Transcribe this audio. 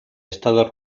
estado